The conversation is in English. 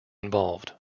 involved